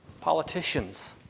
politicians